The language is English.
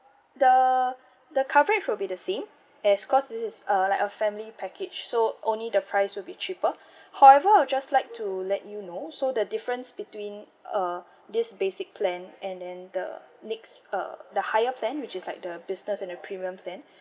the the coverage will be the same as because this is uh like a family package so only the price will be cheaper however I'll just like to let you know so the difference between uh this basic plan and then the next uh the higher plan which is like the business and the premium plan